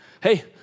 hey